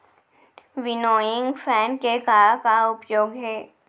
Winnowing fan के का का उपयोग हे?